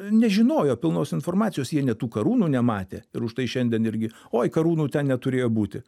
nežinojo pilnos informacijos jie nė tų karūnų nematė ir užtai šiandien irgi oi karūnų ten neturėjo būti